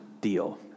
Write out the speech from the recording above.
deal